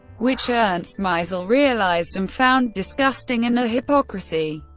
which ernst maisel realized and found disgusting and a hypocrisy,